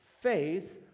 Faith